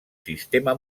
sistema